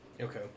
Okay